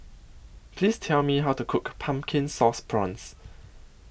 Please Tell Me How to Cook Pumpkin Sauce Prawns